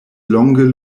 longe